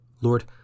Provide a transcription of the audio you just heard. Lord